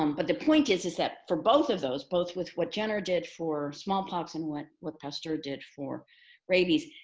um but the point is, is that for both of those, both with what jenner did for smallpox and what what pasteur did for rabies,